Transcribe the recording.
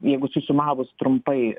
jeigu susumavus trumpai